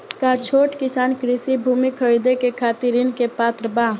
का छोट किसान कृषि भूमि खरीदे के खातिर ऋण के पात्र बा?